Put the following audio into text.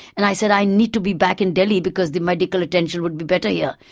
and i said, i need to be back in delhi because the medical attention would be better here,